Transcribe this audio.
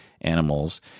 animals